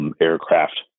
aircraft